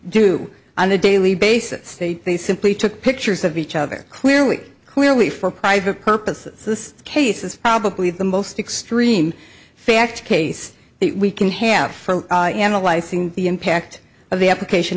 do on a daily basis they simply took pictures of each other clearly clearly for private purposes this case is probably the most extreme fact case we can have for analyzing the impact of the application